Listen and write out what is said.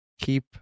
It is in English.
keep